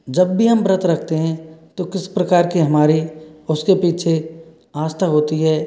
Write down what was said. जब भी हम व्रत रखते हैं तो किस प्रकार कि हमारी उसके पीछे आस्था होती है